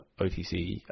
OTC